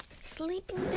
Sleeping